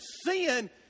sin